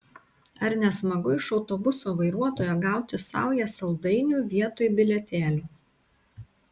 ar ne smagu iš autobuso vairuotojo gauti saują saldainių vietoj bilietėlio